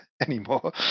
anymore